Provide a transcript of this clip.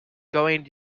going